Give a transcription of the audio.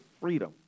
freedom